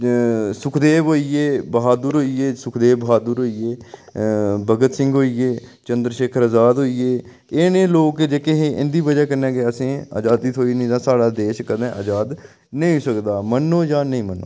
सुखदेव होई गे बहादुर होई गे सुखदेब बहादुर होई गे भगत सिंह होई गे चंद्र शेखर अजाद होई गे एह् नेह् लोक हे जेह्के इंदी बजह कन्नै गै असेंगी अजादी थ्होई नेई तां साढ़ा देश कदें अजाद नेई होई सकदा हा मन्नो जां नेईं मन्नो